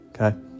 okay